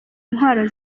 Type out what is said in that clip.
intwaro